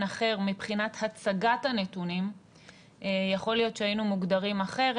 אחר מבחינת הצגת הנתונים יכול להיות שהיינו מוגדרים אחרת.